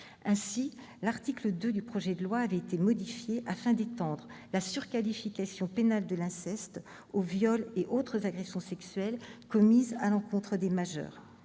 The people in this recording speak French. Ainsi, l'article 2 du projet de loi a été modifié afin d'étendre la surqualification pénale de l'inceste aux viols et autres agressions sexuelles commis à l'encontre de majeurs.